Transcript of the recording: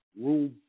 rule